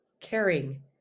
caring